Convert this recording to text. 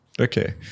Okay